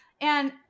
And-